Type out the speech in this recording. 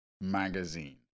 magazine